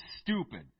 stupid